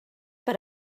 per